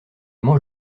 mange